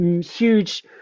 huge